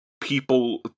people